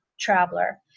traveler